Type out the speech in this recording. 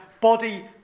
body